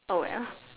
oh well